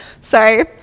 sorry